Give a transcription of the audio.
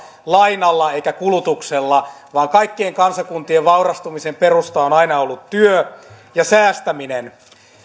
lainalla eikä kulutuksella vaan kaikkien kansakuntien vaurastumisen perusta on aina ollut työ ja säästäminen